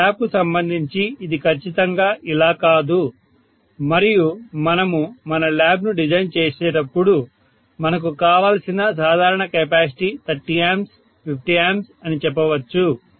మన ల్యాబ్కు సంబంధించి ఇది ఖచ్చితంగా ఇలా కాదు మరియు మనము మన ల్యాబ్ను డిజైన్ చేసేటప్పుడు మనకు కావలసిన సాధారణ కెపాసిటీ 30 A 50 A అని చెప్పవచ్చు